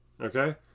Okay